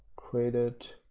created,